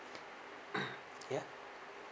ya